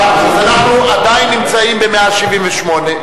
אנחנו עדיין נמצאים בעמוד 178,